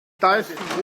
daeth